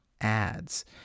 ads